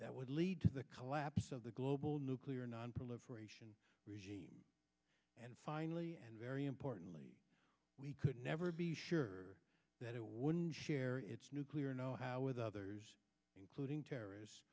that would lead to the collapse of the global nuclear nonproliferation regime and finally and very importantly we could never be sure that it wouldn't share its nuclear know how with others including terrorists